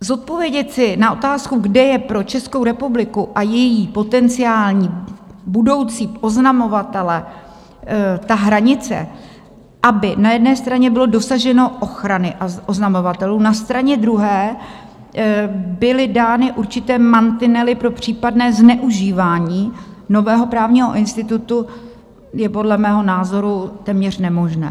Odpovědět si na otázku, kde je pro Českou republiku a její potenciální budoucí oznamovatele ta hranice, aby na jedné straně bylo dosaženo ochrany oznamovatelů, na straně druhé byly dány určité mantinely pro případné zneužívání nového právního institutu, je podle mého názoru téměř nemožné.